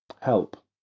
help